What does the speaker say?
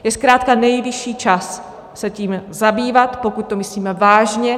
Je zkrátka nejvyšší čas se tím zabývat, pokud to myslíme vážně.